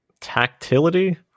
tactility